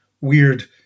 weird